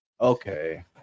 Okay